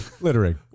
Littering